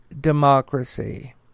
democracy